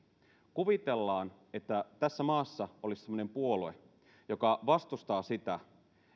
kuvitellaan että tässä maassa olisi semmoinen puolue joka vastustaa sitä